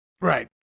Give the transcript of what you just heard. Right